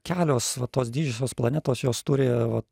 kelios va tos didžiosios planetos jos turi vat